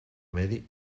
medi